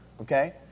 Okay